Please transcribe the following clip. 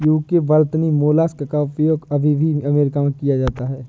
UK वर्तनी mollusc का उपयोग अभी भी अमेरिका में किया जाता है